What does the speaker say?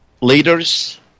leaders